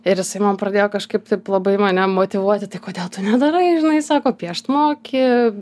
ir jisai man pradėjo kažkaip labai mane motyvuoti kodėl tu nedarai žinai sako piešt moki